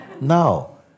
now